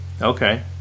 Okay